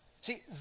See